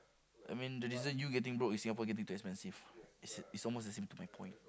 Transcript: I mean the reason you getting broke is Singapore getting too expensive is is almost the same to my point